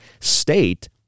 state